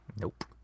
Nope